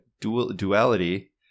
duality